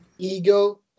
Ego